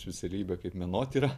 specialybę kaip menotyrą